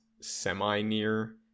semi-near